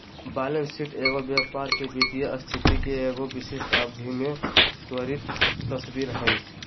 balance sheet एगो व्यापार के वित्तीय स्थिति के एगो विशिष्ट अवधि में त्वरित तस्वीर हइ